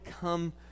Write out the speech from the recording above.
come